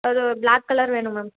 அது ஒரு black colour வேணும்